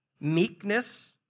meekness